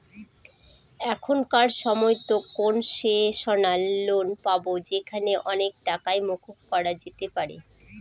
এখনকার সময়তো concessional loan পাবো যেখানে অনেক টাকাই মকুব করা যেতে পারে